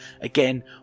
Again